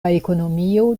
ekonomio